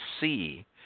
see